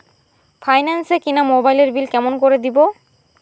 Finance এ কিনা মোবাইলের বিল কেমন করে দিবো?